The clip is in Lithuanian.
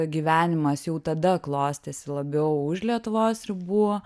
gyvenimas jau tada klostėsi labiau už lietuvos ribų